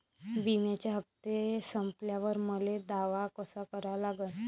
बिम्याचे हप्ते संपल्यावर मले दावा कसा करा लागन?